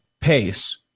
pace